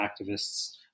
activists